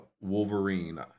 Wolverine